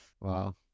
Wow